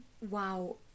Wow